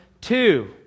two